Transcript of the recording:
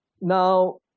Now